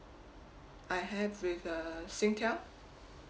I have with uh Singtel